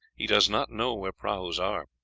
he does not know where prahus are.